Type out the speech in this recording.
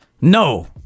no